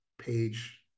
page